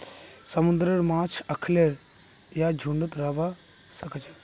समुंदरेर माछ अखल्लै या झुंडत रहबा सखछेक